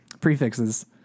prefixes